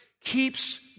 keeps